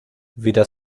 weder